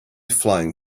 flying